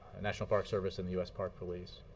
national park service and the u s. park police.